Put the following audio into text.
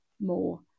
more